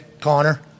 Connor